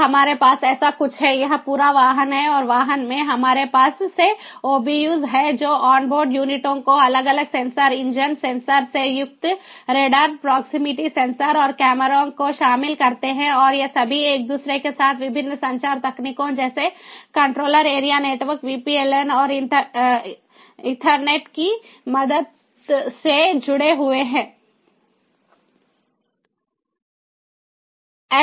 तो हमारे पास ऐसा कुछ है यह पूरा वाहन है और वाहन में हमारे पास ये OBUs हैं जो ऑनबोर्ड यूनिटों को अलग अलग सेंसर इंजन सेंसर से युक्त रेडार प्रॉक्सिमिटी सेंसर और कैमरों को शामिल करते हैं और ये सभी एक दूसरे के साथ विभिन्न संचार तकनीकों जैसे कंट्रोलर एरिया नेटवर्क VPLN और ईथरनेट की मदद से जुड़े हुए हैं